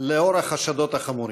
לנוכח החשדות החמורים.